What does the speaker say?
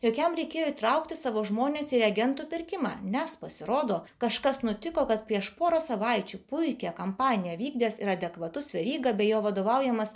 jog jam reikėjo įtraukti savo žmones į reagentų pirkimą nes pasirodo kažkas nutiko kad prieš porą savaičių puikią kampaniją vykdęs ir adekvatus veryga bei jo vadovaujamas